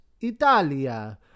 Italia